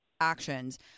actions